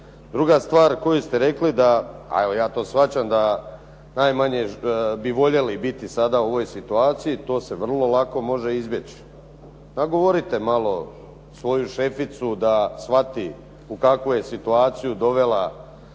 Druga stvar koju ste rekli da, a evo ja to shvaćam da najmanje bi voljeli biti sada u situaciji, to se vrlo lako može izbjeći. Nagovorite malo svoju šeficu da shvati u kakvu je situaciju dovela,